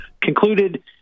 concluded